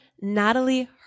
Natalie